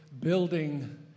building